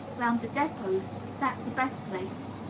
round the depots. that's the best place.